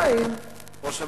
בינתיים, ראש הממשלה,